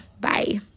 Bye